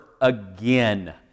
again